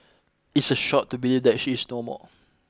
it's a shock to believe that she is no more